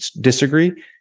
disagree